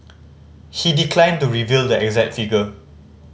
he declined to reveal the exact figure